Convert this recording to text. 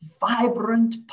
vibrant